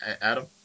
Adam